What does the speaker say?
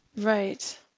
Right